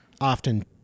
often